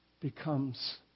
becomes